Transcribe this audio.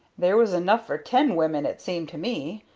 there was enough for ten women it seemed to me!